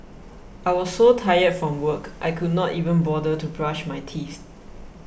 I was so tired from work I could not even bother to brush my teeth